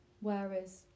Whereas